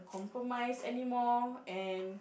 compromise anymore and